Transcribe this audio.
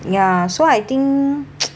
ya so I think